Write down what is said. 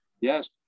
Yes